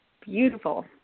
Beautiful